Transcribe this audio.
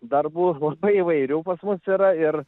darbų labai įvairių pas mus yra ir